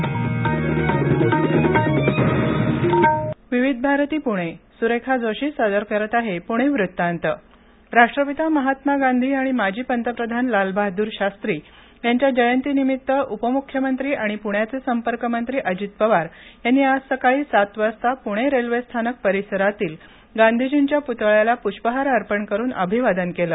वार श्क्रवार गांधी जयंती राष्ट्रपिता महात्मा गांधी आणि माजी पंतप्रधान लालबहादूर शास्त्री यांच्या जयंतीनिमित्त उपम्ख्यमंत्री आणि प्ण्याचे संपर्कमंत्री अजित पवार यांनी आज सकाळी सात वाजता प्णे रेल्वेस्थानक परिसरातील गांधींजींच्या प्तळ्यास प्ष्पहार अर्पण करुन अभिवादन केलं